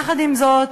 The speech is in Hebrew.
יחד עם זה,